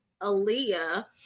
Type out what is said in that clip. Aaliyah